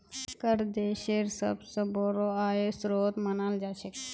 कर देशेर सबस बोरो आय स्रोत मानाल जा छेक